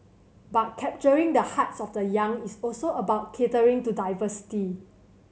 but capturing the hearts of the young is also about catering to diversity